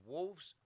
Wolves